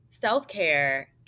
Self-care